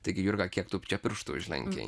taigi jurga kiek tu čia pirštų užlenkei